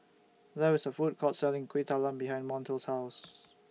There IS A Food Court Selling Kuih Talam behind Montel's House